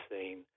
seen